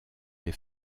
des